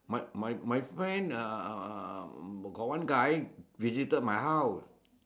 but my my my friend uh uh uh got one guy visited my house